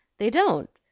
they don't.